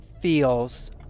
feels